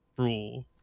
rule